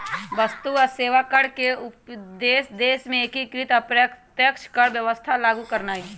वस्तु आऽ सेवा कर के उद्देश्य देश में एकीकृत अप्रत्यक्ष कर व्यवस्था लागू करनाइ हइ